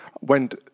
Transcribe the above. went